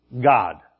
God